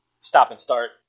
stop-and-start